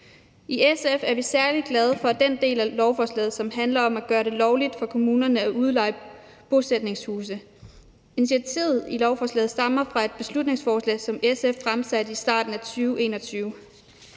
I SF er vi særlig glade for den del af lovforslaget, som handler om at gøre det lovligt for kommunerne at udleje bosætningshuse. Initiativet i lovforslaget stammer fra et beslutningsforslag, som SF fremsatte i starten af 2021,